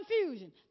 confusion